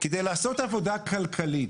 כדי לעשות עבודה כלכלית,